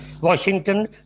Washington